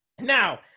Now